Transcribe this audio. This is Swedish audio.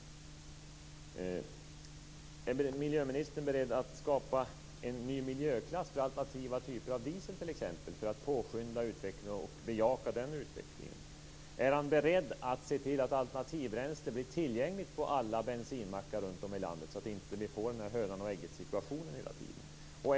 Är miljöministern beredd att t.ex. skapa en ny miljöklass för alternativa typer av diesel för att påskynda och bejaka den utvecklingen? Är han beredd att se till att alternativbränsle blir tillgängligt på alla bensinmackar runtom i landet så att det inte blir en hönan och ägget-situation hela tiden?